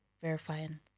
verifying